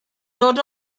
dod